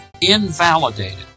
invalidated